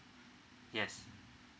yes